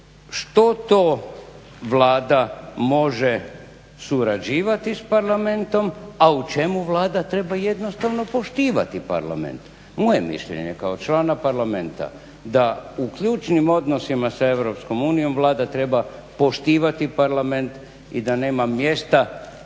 što to Vlada može surađivati sa Parlamentom a u čemu Vlada treba jednostavno poštivati parlament. Moje mišljenje kao člana parlamenta da u ključnim odnosima sa Europskom unijom Vlada treba poštivati parlament i da nema mjesta